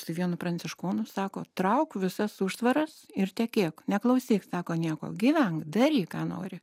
su vienu pranciškonu sako trauk visas užtvaras ir tekėk neklausyk sako nieko gyvenk daryk ką nori